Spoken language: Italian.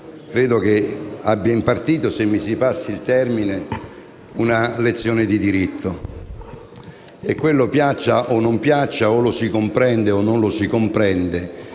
credo abbia impartito - mi si passi il termine - una lezione di diritto. Piaccia o non piaccia, lo si comprenda o non lo si comprenda,